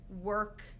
work